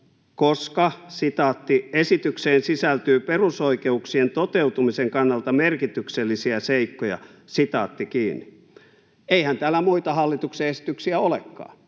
koska ”esitykseen sisältyy perusoikeuksien toteutumisen kannalta merkityksellisiä seikkoja”. Eihän täällä muita hallituksen esityksiä olekaan.